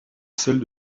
celle